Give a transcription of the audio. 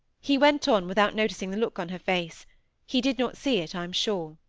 he went on, without noticing the look on her face he did not see it, i am sure.